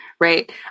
right